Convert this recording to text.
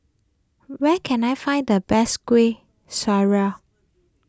where can I find the best Kueh Syara